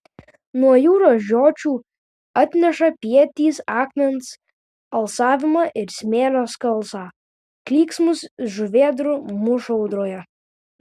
nuo jūros žiočių atneša pietys akmens alsavimą ir smėlio skalsą klyksmus žuvėdrų mūšą audroje